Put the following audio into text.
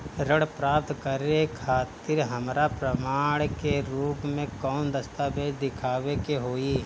ऋण प्राप्त करे खातिर हमरा प्रमाण के रूप में कौन दस्तावेज़ दिखावे के होई?